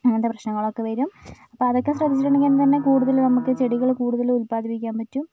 അങ്ങനത്തേ പ്രശ്നങ്ങൾ ഒക്കെ വരും അപ്പം ആ അതൊക്കെ ശ്രദ്ധിച്ചിട്ടുണ്ടെങ്കിൽ എന്ന് പറഞ്ഞാൽ കൂടുതൽ നമുക്ക് ചെടികൾ കൂടുതൽ ഉൽപാദിപ്പിക്കാൻ പറ്റും